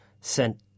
sent